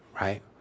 right